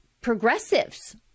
progressives